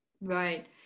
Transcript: Right